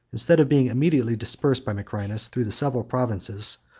instead of being immediately dispersed by macrinus through the several provinces,